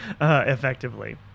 effectively